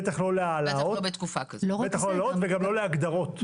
בטח לא להעלאות וגם לא להגדרות.